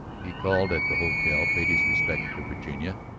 he called at the hotel, paid his respects to virginia,